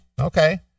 Okay